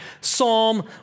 Psalm